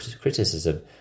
criticism